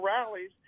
rallies